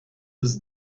was